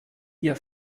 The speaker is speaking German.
ihr